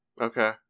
okay